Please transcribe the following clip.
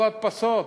כל ההדפסות?